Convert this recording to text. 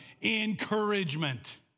encouragement